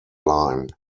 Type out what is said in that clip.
line